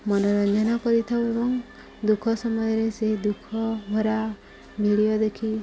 ମନୋରଞ୍ଜନ କରିଥାଉ ଏବଂ ଦୁଃଖ ସମୟରେ ସେହି ଦୁଃଖ ଭରା ଭିଡ଼ିଓ ଦେଖି